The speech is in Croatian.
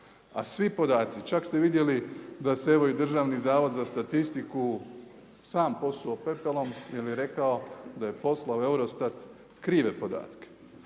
A svi podaci, čak ste vidjeli da se evo i Državni zavod za statistiku sam posuo pepelom jer je rekao da je poslao u Eurostat krive podatke.